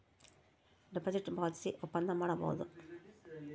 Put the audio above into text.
deposit ಪಾವತಿಸಿ ಒಪ್ಪಂದ ಮಾಡಬೋದು